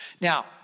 Now